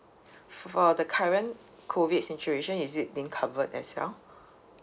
for the current COVID situation is it being covered as well